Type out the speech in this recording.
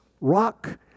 Rock